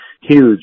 huge